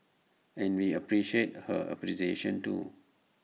and we appreciate her appreciation too